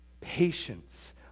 Patience